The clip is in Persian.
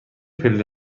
پله